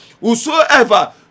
Whosoever